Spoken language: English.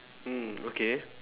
mm okay